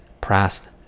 pressed